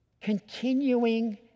continuing